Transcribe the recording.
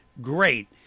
great